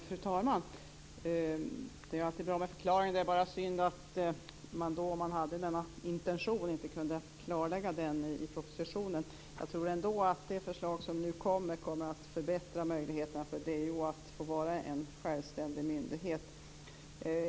Fru talman! Det är alltid bra med förklaringar. Det är bara synd att man om man nu hade denna intention inte kunde klarlägga detta i propositionen. Jag tror ändå att det förslag som nu kommer kommer att förbättra möjligheten för DO att vara en självständig myndighet.